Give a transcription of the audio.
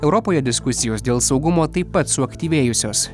europoje diskusijos dėl saugumo taip pat suaktyvėjusios